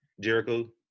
Jericho